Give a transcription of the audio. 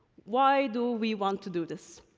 why do we want to do this?